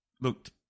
looked